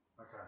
Okay